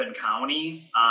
County